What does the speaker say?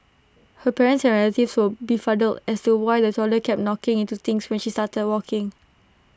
her parents and relatives were befuddled as to why the toddler kept knocking into things when she started walking